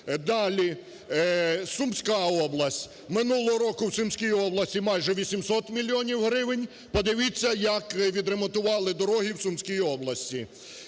Далі. Сумська область. Минулого року в Сумській області майже 800 мільйонів гривень. Подивіться, як відремонтували дороги в Сумській області.